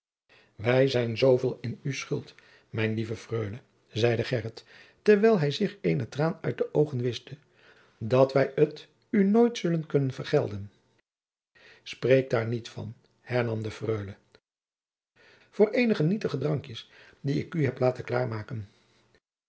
wij zijn zooveel in oe schuld mijn lieve freule zeide gheryt terwijl hij zich eene traan uit het oog wischte dat wij het oe nooit zullen kunnen vergelden spreek daar niet van hernam de freule jacob van lennep de pleegzoon voor eenige nietige drankjes die ik u heb laten